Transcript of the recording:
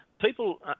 people